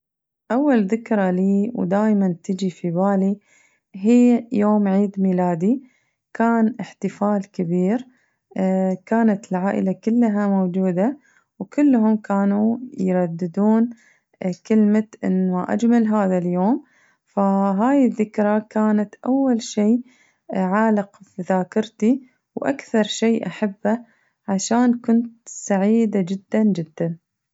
أول ذكرى لي ودايماً تجي في بالي هي يوم عيد ميلادي كان احتفال كبير كانت العائلة كلها موجودة وكلهم كانوا يرددون كلمة ما أجمل هذا اليوم فهاي الذكرى كانت أول شي عالق في ذاكرتي وأكثر شي أحبه عشان كنت سعيدة جداً جداً.